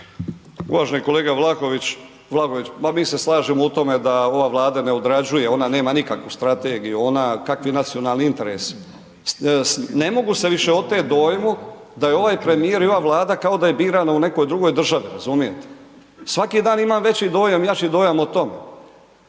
Uvaženi kolega Vlaović, ma mi se slažemo u tome da ova Vlada ne odrađuje, ona nema nikakvu strategiju, kakvi nacionalni interesi, ne mogu se više oteti dojmu da je ovaj premijer i ova Vlada kao da je birano u nekoj drugoj državi, razumijete, svaki dan imam veći dojam jači dojam o tome.